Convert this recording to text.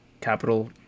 capital